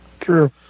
True